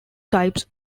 types